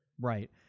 Right